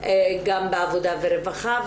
גם בעבודה ורווחה,